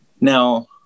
Now